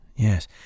Yes